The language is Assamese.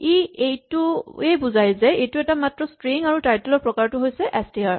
ই এইটোৱেই বুজাই যে এইটো এটা মাত্ৰ ষ্ট্ৰিং আৰু টাইটল ৰ প্ৰকাৰটো হৈছে এচ টি আৰ